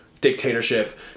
dictatorship